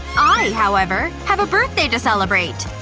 i, however, have a birthday to celebrate!